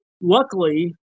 luckily